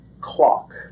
clock